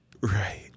Right